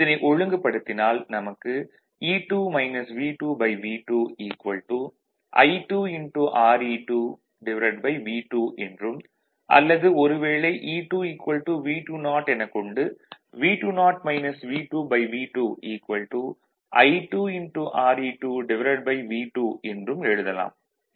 இதனை ஒழுங்குபடுத்தினால் நமக்கு E2 V2V2 I2 Re2V2 என்றும் அல்லது ஒரு வேளை E2 V20 என கொண்டு V20 V2V2 I2 Re2V2 என்றும் எழுதலாம்